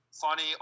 funny